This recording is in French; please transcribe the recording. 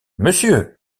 monsieur